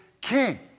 king